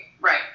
Right